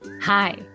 Hi